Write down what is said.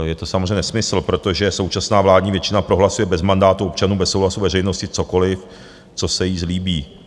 Je to samozřejmě nesmysl, protože současná vládní většina prohlasuje bez mandátu občanů, bez souhlasu veřejnosti cokoliv, co se jí zlíbí.